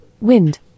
wind